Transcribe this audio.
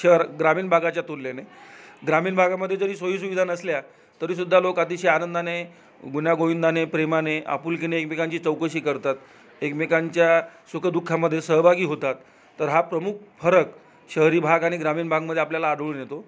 शहर ग्रामीण भागाच्या तुलनेने ग्रामीण भागामध्ये जरी सोयीसुविधा नसल्या तरी सुद्धा लोक अतिशय आनंदाने गुण्यागोविंदाने प्रेमाने आपुलकीने एकमेकांची चौकशी करतात एकमेकांच्या सुखदुःखामध्ये सहभागी होतात तर हा प्रमुख फरक शहरी भाग आणि ग्रामीण भागमध्ये आपल्याला आढळून येतो